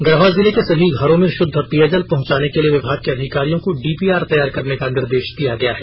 गढ़वा जिले के सभी घरों में शुद्ध पेयजल पहुंचाने के लिए विभाग के अधिकारियों को डीपीआर तैयार करने का निर्देश दिया गया है